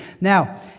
Now